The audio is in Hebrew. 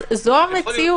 זו המציאות.